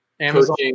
Amazon